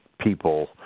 people